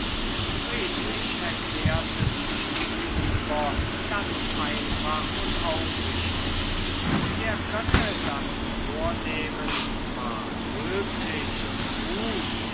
friedrich erklärte sich hierüber ganz einfach und aufrichtig er könne das vornehmen zwar löblich und gut